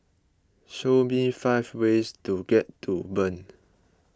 show me five ways to get to Bern